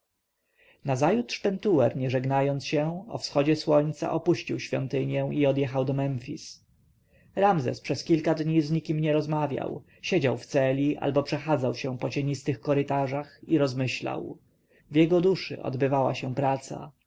nazajutrz pentuer nie żegnając się z nikim o wschodzie słońca opuścił świątynię i odjechał do memfis ramzes przez kilka dni z nikim nie rozmawiał siedział w celi albo przechadzał się po cienistych korytarzach i rozmyślał w jego duszy odbywała się praca